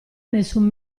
nessun